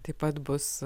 taip pat bus